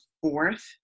fourth